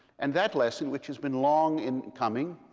and that lesson, which has been long in coming,